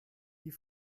die